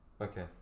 Okay